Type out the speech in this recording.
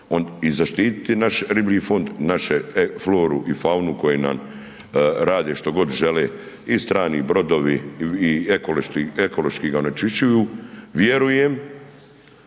i zaštiti naš riblji fond, našu floru i faunu koji nam rade što god žele i strani brodovi i ekološki ga onečišćuju, vjerujem